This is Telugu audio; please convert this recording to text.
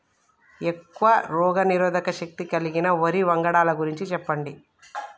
ఎక్కువ రోగనిరోధక శక్తి కలిగిన వరి వంగడాల గురించి చెప్పండి?